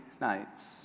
nights